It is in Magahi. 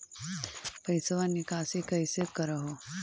पैसवा निकासी कैसे कर हो?